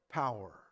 power